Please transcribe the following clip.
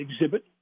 exhibit